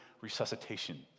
resuscitation